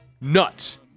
nuts